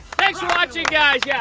thanks for watching, guys! yeah,